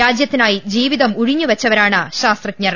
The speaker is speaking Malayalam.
രാജ്യത്തിനായി ജീവിതം ഉഴി ഞ്ഞുവെച്ചവരാണ് ശാസ്ത്രജ്ഞർ